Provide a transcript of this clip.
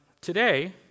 today